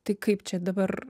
tai kaip čia dabar